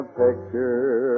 picture